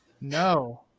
No